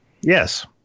Yes